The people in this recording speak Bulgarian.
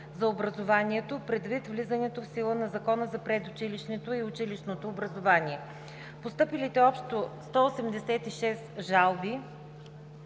за образованието, предвид влизането в сила на Закона за предучилищното и училищното образование. Постъпилите общо 186 жалби,